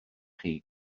chi